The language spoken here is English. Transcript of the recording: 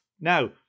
Now